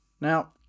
Now